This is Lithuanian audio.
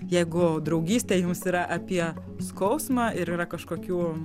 jeigu draugystė jums yra apie skausmą ir yra kažkokių